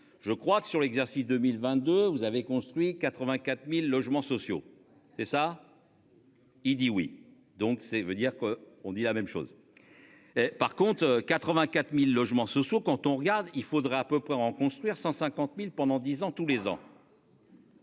je crois que sur l'exercice 2022, vous avez construit 84.000 logements sociaux, c'est ça. Il dit oui donc c'est vous dire que, on dit la même chose. Par contre, 84.000 logements sociaux. Quand on regarde, il faudra à peu près en construire 150.000 pendant 10 ans tous les ans.